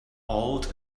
awed